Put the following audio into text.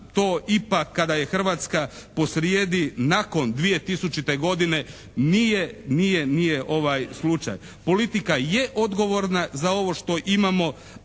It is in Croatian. to ipak kada je Hrvatska posrijedi nakon 2000. godine nije slučaj. Politika je odgovorna za ovo što imamo,